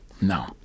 No